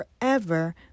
forever